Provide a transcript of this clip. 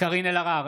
קארין אלהרר,